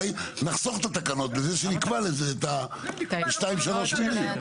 נחסוך את התקנות בזה שנקבע לזה שתיים או שלוש מילים.